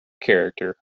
character